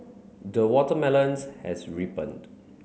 the watermelons has